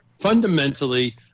Fundamentally